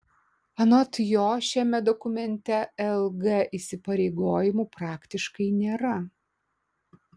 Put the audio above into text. anot jo šiame dokumente lg įsipareigojimų praktiškai nėra